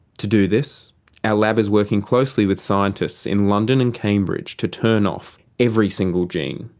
to do this our lab is working closely with scientists in london and cambridge to turn off every single gene,